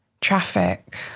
traffic